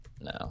No